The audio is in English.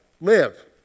Live